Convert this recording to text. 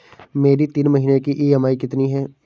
मेरी तीन महीने की ईएमआई कितनी है?